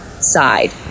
side